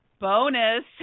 Bonus